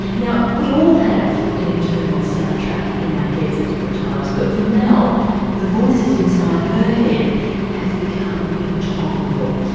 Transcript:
now, we all have an internal soundtrack in our heads at different times, but for mel the voices inside her head have become intolerable.